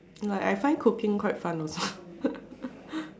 like I find cooking quite fun also